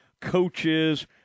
coaches